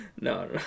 No